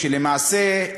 למעשה,